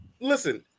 Listen